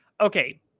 okay